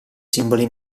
simboli